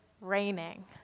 raining